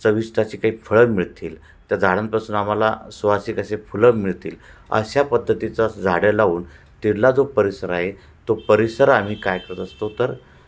चविष्ट अशी काही फळं मिळतील त्या झाडांपासून आम्हाला सुवासिक अशी फुलं मिळतील अशा पद्धतीचा झाडं लावून तिथला जो परिसर आहे तो परिसर आम्ही काय करत असतो तर